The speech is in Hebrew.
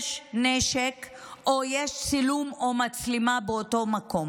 שיש נשק או יש צילום או מצלמה באותו מקום,